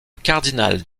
cardinal